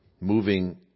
Moving